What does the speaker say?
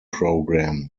programme